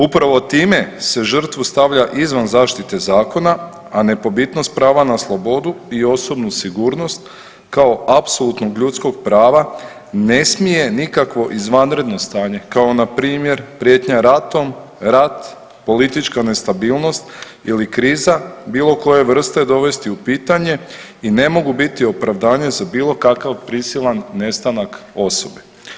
Upravo time se žrtvu stavlja izvan zaštite zakona, a nepobitnost prava na slobodu i osobnu sigurnost kao apsolutnog ljudskog prava ne smije nikakvo izvanredno stanje kao na primjer prijetnja ratom, rat, politička nestabilnost ili kriza bilo koje vrste dovesti u pitanje i ne mogu biti opravdanje za bilo kakav prisilan nestanak osobe.